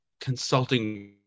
consulting